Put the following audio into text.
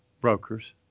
brokers